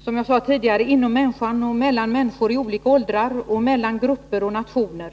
Som jag sade tidigare förekommer konflikter hos den enskilda människan, mellan människor i olika åldrar och mellan grupper och nationer.